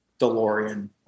DeLorean